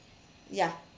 ya